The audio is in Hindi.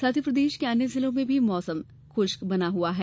साथ ही प्रदेश के अन्य जिलों में भी मौसम शुष्क बना हुआ है